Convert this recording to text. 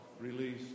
released